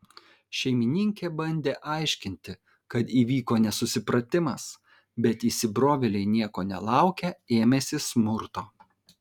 šeimininkė bandė aiškinti kad įvyko nesusipratimas bet įsibrovėliai nieko nelaukę ėmėsi smurto